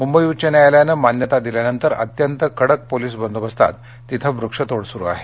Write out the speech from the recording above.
मुंबई उच्च न्यायालयानं मान्यता दिल्यानंतर अत्यंत कडक पोलीस बंदोबस्तात तिथे वृक्षतोड सुरू आहे